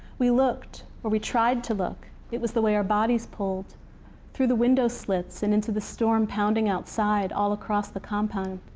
we looked, or we tried to look. it was the way our bodies pulled through the window slits and into the storm pounding outside, all across the compound.